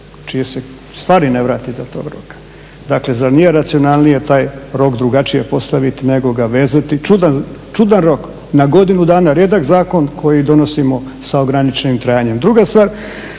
čije se stvari ne vrate iza tog roka? Dakle zar nije racionalnije taj rok drugačije postaviti nego ga vezati. Čudan rok na godinu dana, rijedak zakon koji donosimo sa ograničenim trajanjem.